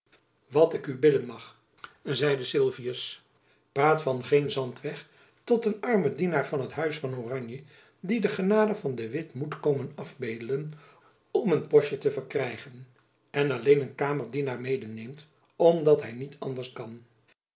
wat ik u bidden mag zeide sylvius praat van geen zandweg tot een armen dienaar van t huis van oranje die de genade van de witt moet komen afbedelen om een postjen te verkrijgen en alleen een kamerdienaar medeneemt omdat hy niet anders kan